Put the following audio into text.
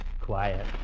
quiet